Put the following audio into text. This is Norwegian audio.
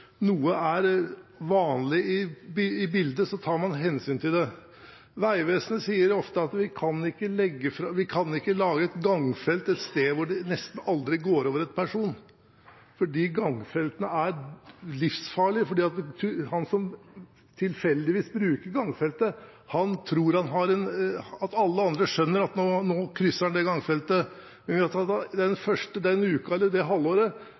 ikke kan lage et gangfelt et sted hvor det nesten aldri er en person som går. Slike gangfelt er livsfarlige, fordi han som tilfeldigvis bruker gangfeltet, tror at alle andre skjønner at nå krysser han det gangfeltet, og når han er den første den uken eller det halvåret,